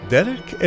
Derek